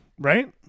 right